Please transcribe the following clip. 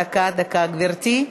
דקה, גברתי.